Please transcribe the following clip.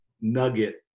nugget